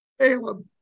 Caleb